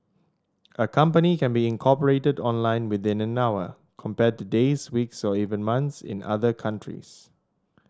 a company can be incorporated online within an hour compared to days weeks or even months in other countries